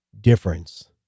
difference